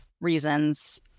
reasons